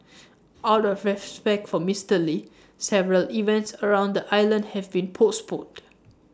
out of respect for Mister lee several events around the island have been postponed